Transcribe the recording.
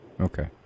Okay